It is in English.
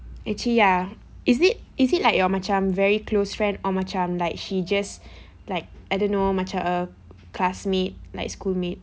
actually ya is it is it like your macam very close friend or macam like she just like I don't know macam err classmate like schoolmate